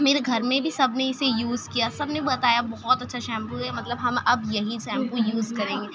میرے گھر میں بھی سب نے اسے یوز کیا سب نے بتایا بہت اچّھا شیمپو ہے مطلب ہم اب یہی شیمپو یوز کریں گے